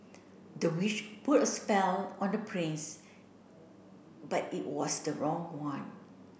the witch put a spell on the prince but it was the wrong one